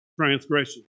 Transgression